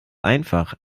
einfach